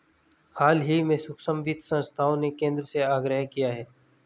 हाल ही में सूक्ष्म वित्त संस्थाओं ने केंद्र से आग्रह किया है